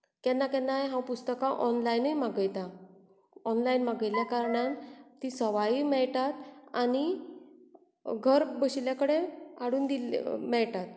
केन्ना केन्नाय हांव पुस्तकां ऑनलायनूय मागयतां ऑनलायन मागयल्ल्या कारणान तीं सवायूय मेळटात आनी घर बशिल्ले कडेन हाडून दिल्ले मेळटात